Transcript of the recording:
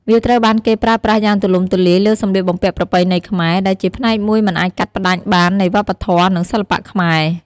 វាត្រូវបានគេប្រើប្រាស់យ៉ាងទូលំទូលាយលើសម្លៀកបំពាក់ប្រពៃណីខ្មែរ ដែលជាផ្នែកមួយមិនអាចកាត់ផ្តាច់បាននៃវប្បធម៌ និងសិល្បៈខ្មែរ។